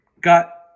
got